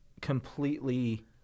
completely